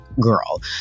Girl